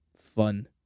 fun